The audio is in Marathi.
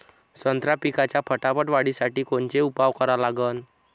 संत्रा पिकाच्या फटाफट वाढीसाठी कोनचे उपाव करा लागन?